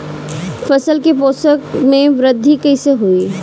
फसल के पोषक में वृद्धि कइसे होई?